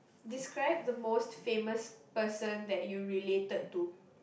describe the most famous person that you related to